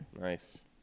Nice